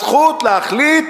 הזכות להחליט